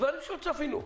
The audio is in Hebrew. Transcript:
אלה דברים שלא צפינו.